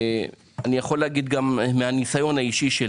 מניסיוני האישי,